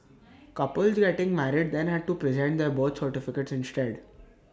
couples getting married then had to present their birth certificates instead